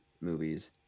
movies